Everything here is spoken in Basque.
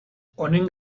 honen